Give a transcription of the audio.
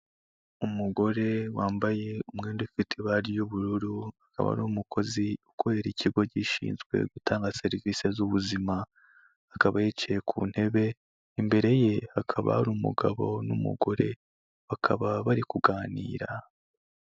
Umugore wambaye umwenda ufite ibara ry'ubururu, akaba ari umukozi ukorera ikigo gishinzwe gutanga serivisi z'ubuzima, akaba yicaye ku ntebe, imbere ye hakaba hari umugabo n'umugore bakaba bari kuganira.